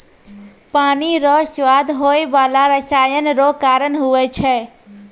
पानी रो स्वाद होय बाला रसायन रो कारण हुवै छै